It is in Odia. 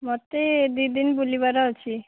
ମୋତେ ଦୁଇ ଦିନ ବୁଲିବାର ଅଛି